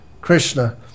Krishna